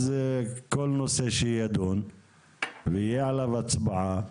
אז כל נושא שיידון ותהיה עליו הצבעה,